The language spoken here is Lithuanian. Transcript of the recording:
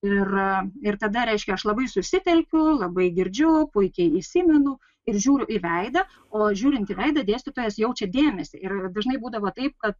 ir ir tada reiškia aš labai susitelkiu labai girdžiu puikiai įsimenu ir žiūriu į veidą o žiūrint į veidą dėstytojas jaučia dėmesį ir dažnai būdavo taip kad